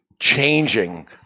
Changing